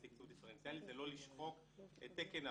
לתקצוב דיפרנציאלי זה לא לשחוק את תקן הבסיס,